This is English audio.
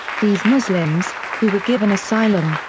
these muslims, who were given asylum,